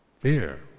fear